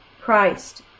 Christ